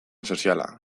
soziala